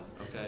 okay